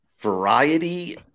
Variety